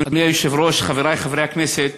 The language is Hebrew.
אדוני היושב-ראש, חברי חברי הכנסת,